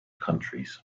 countries